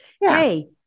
Hey